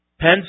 Penn